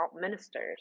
ministers